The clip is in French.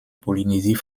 polynésie